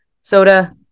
soda